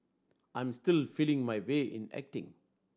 I'm still feeling my way in acting